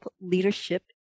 Leadership